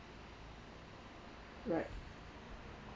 right